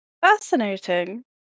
Fascinating